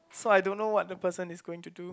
so I don't know what the person is going to do